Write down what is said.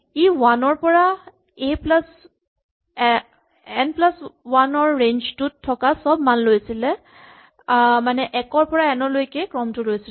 ই one ৰ পৰা N plus one ৰ ৰেঞ্জ টোত থকা চব মান লৈছিলে মানে এক ৰ পৰা এন লৈকে ক্ৰমটো লৈছিলে